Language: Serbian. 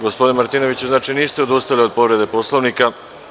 Gospodine Martinoviću, niste odustali od povrede Poslovnika.